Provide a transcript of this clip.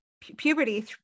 puberty